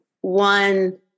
one